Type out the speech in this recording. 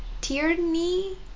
Tierney